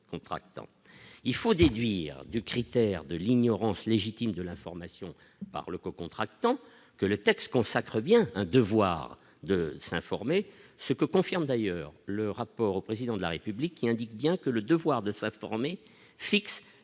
il faut déduire du critère de l'ignorance légitime de l'information par le co-contractants que le texte consacre bien un devoir de s'informer, ce que confirme d'ailleurs le rapport au président de la République qui indique bien que le devoir de sa forme et fixe